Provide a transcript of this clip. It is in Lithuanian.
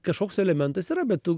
kažkoks elementas yra bet tu